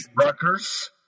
Rutgers